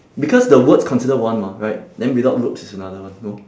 because the words considered one mah right then without ropes is another one no